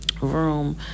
room